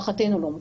להערכתנו לא מוצדק.